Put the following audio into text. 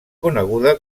coneguda